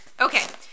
Okay